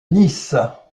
nice